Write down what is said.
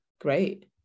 Great